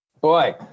Boy